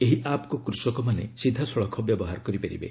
ଏହି ଆପ୍କୁ କୃଷକମାନେ ସିଧାସଳଖ ବ୍ୟବହାର କରିପାରିବେ